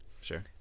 sure